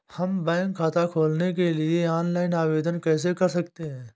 हम बैंक खाता खोलने के लिए ऑनलाइन आवेदन कैसे कर सकते हैं?